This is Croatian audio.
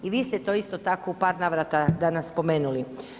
I vi ste to isto tako u par navrata danas spomenuli.